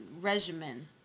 regimen